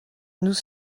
nous